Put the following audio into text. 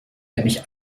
nämlich